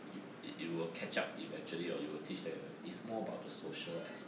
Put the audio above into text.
it it it'll catch up eventually or you will teach them one is more about the social aspect